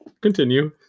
Continue